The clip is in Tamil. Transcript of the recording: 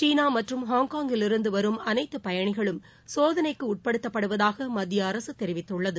சீனா மற்றும் ஹாங்காங்கிலிருந்து வரும் அனைத்து பயணிகளும் சோதனைக்கு உட்படுத்தப்படுவதாக மத்திய அரசு தெரிவித்துள்ளது